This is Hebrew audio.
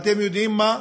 ואתם יודעים מה?